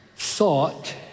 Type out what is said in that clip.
thought